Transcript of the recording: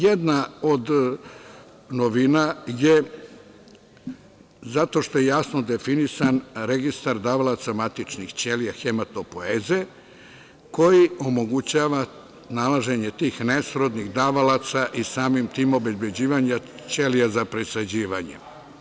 Jedna od novina je zato što je jasno definisan Registar davalaca matičnih ćelija hematopoeze koji omogućava nalaženje tih nesrodnih davalaca i samim tim obezbeđivanje ćelija za presađivanje.